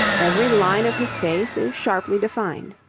every line of his face is sharply defined.